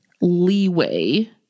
leeway